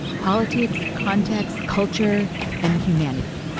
politics context, culture and humanity.